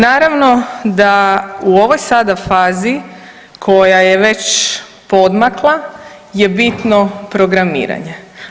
Naravno da u ovoj sada fazi koja je već poodmakla je bitno programiranje.